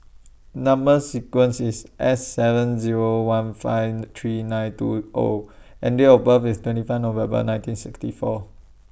Number sequence IS S seven Zero one five three nine two O and Date of birth IS twenty five November nineteen sixty four